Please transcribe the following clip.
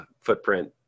footprint